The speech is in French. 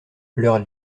leur